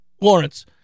Lawrence